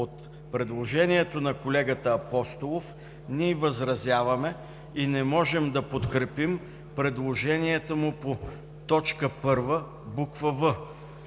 По предложението на колегата Апостолов ние възразяваме и не можем да подкрепим предложенията му по т. 1, буква